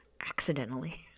Accidentally